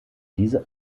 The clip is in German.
diese